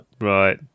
Right